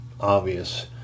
obvious